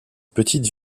petite